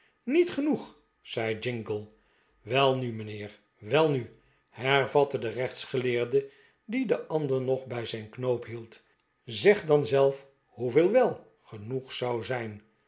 niet genoeg zei jingle welnu mijnheer welnu hervatte de rechtsgeleerde die den ander nog bij zijn knoop hield zeg dan zelf hoeveel wel genoeg zou zijn